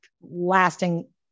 lasting